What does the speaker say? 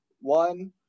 One